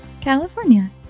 California